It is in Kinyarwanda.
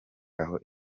aho